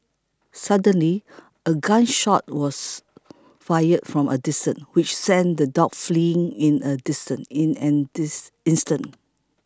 suddenly a gun shot was fired from a distance which sent the dogs fleeing in an distant in an instant